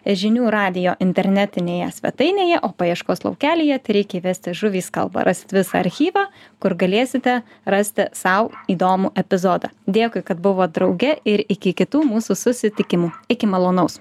žinių radijo internetinėje svetainėje o paieškos laukelyje tereikia įvesti žuvys kalba rasit visą archyvą kur galėsite rasti sau įdomų epizodą dėkui kad buvot drauge ir iki kitų mūsų susitikimų iki malonaus